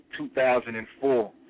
2004